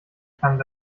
klang